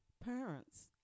parents